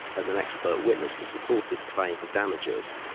as an expert witness to support his claim for damages.